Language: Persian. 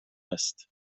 است